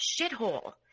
shithole